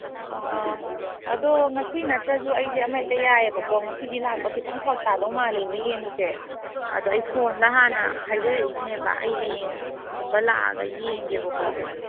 ꯑꯗꯣ ꯉꯁꯤ ꯅꯠꯇ꯭ꯔꯁꯨ ꯑꯩꯁꯦ ꯑꯃ ꯍꯦꯛꯇ ꯌꯥꯏꯌꯦꯕꯀꯣ ꯉꯁꯤꯗꯤ ꯂꯥꯛꯄ ꯈꯤꯇꯪ ꯐꯔꯛ ꯇꯥꯗꯧ ꯃꯥꯜꯂꯦꯕ ꯌꯦꯡꯕꯁꯦ ꯑꯗꯣ ꯑꯩ ꯐꯣꯟꯗ ꯍꯥꯟꯅ ꯍꯥꯏꯖꯔꯛꯏꯁꯤꯅꯦꯕ ꯑꯩ ꯍꯌꯦꯡꯒꯨꯝꯕ ꯂꯥꯛꯑꯒ ꯌꯦꯡꯒꯦꯕꯀꯣ